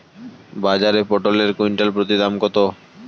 বাজারে পটল এর কুইন্টাল প্রতি দাম কত?